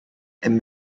and